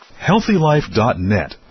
HealthyLife.net